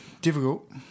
difficult